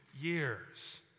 years